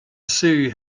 sue